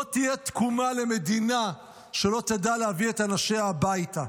לא תהיה תקומה למדינה שלא תדע להביא את אנשיה הביתה.